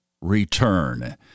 return